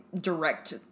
direct